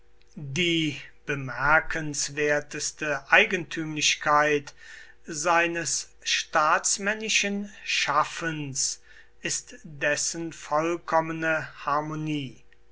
die bemerkenswerteste eigentümlichkeit seines staatsmännischen schaffens ist dessen vollkommene harmonie